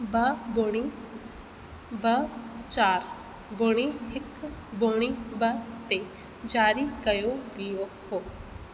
ॿ ॿुड़ी ॿ चारि ॿुड़ी हिकु ॿुड़ी ॿ ते ज़ारी कयो वियो हो